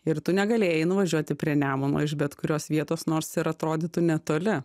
ir tu negalėjai nuvažiuoti prie nemuno iš bet kurios vietos nors ir atrodytų netoli